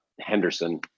Henderson